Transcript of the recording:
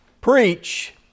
preach